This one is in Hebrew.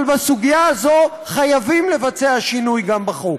אבל בסוגיה הזאת חייבים לבצע שינוי גם בחוק.